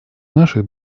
наших